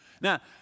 Now